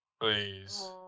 please